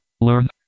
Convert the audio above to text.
Learn